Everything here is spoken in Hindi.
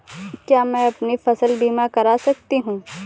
क्या मैं अपनी फसल बीमा करा सकती हूँ?